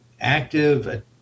active